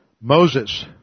Moses